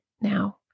now